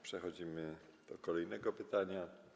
Przechodzimy do kolejnego pytania.